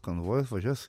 konvojus važiuos